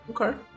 okay